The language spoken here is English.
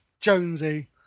Jonesy